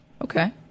Okay